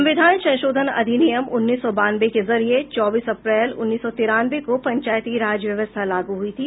संविधान संशोधन अधिनियम उन्नीस सौ बानवे के जरिए चौबीस अप्रैल उन्नीस सौ तिरानवे को पंचायती राज व्यवस्था लागू हुई थी